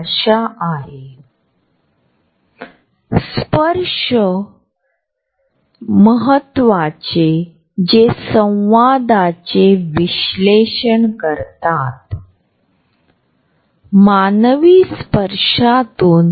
आता आम्ही आमच्या हातातल्या स्मार्ट फोनकडे पाहण्यास प्राधान्य देतो परंतु आम्ही इतरांबरोबर नजरा नजर होऊ नये यासाठी प्रयत्न करतो